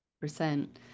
Percent